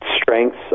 strengths